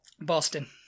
Boston